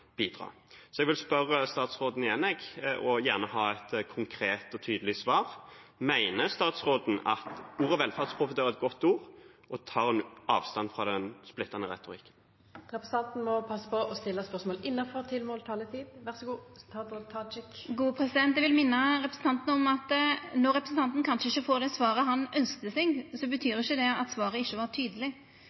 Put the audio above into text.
bidra. Så jeg vil spørre statsråden igjen, og gjerne ha et konkret og tydelig svar: Mener statsråden at «velferdsprofitør» er et godt ord? Og tar hun avstand fra den splittende retorikken? Representanten må passa på å stilla spørsmålet innanfor tilmålt taletid. Eg vil minna representanten om at når han kanskje ikkje får det svaret han ønskte seg, betyr ikkje det at svaret ikkje var tydeleg.